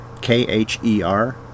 K-H-E-R